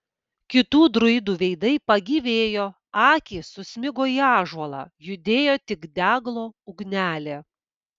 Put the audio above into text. kitų druidų veidai pagyvėjo akys susmigo į ąžuolą judėjo tik deglo ugnelė